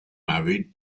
married